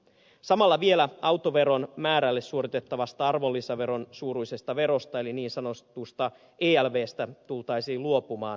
samalla vielä autoveron määrälle suoritettavasta arvonlisäveron suuruisesta verosta eli niin sanotusta elvstä tultaisiin luopumaan